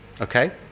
okay